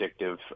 addictive